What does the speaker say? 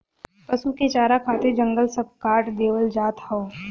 पसु के चारा खातिर जंगल सब काट देवल जात हौ